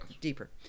deeper